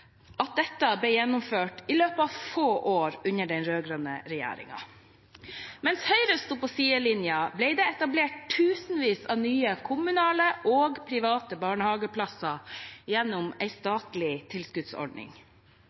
at dette ble gjennomført i løpet av få år under den rød-grønne regjeringen. Mens Høyre sto på sidelinjen, ble det etablert tusenvis av nye kommunale og private barnehageplasser gjennom en statlig tilskuddsordning.